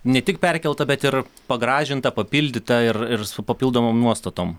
ne tik perkelta bet ir pagražinta papildyta ir ir su papildomom nuostatom